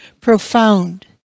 profound